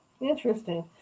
Interesting